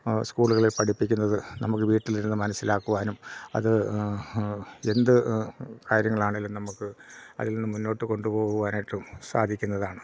സ്കൂളുകളിൽ പഠിപ്പിക്കുന്നത് നമുക്ക് വീട്ടിലിരുന്ന് മനസ്സിലാക്കുവാനും അത് എന്ത് കാര്യങ്ങളാണെങ്കിലും നമുക്ക് അതിൽ നിന്ന് മുന്നോട്ട് കൊണ്ടുപോകുവാനായിട്ടും സാധിക്കുന്നതാണ്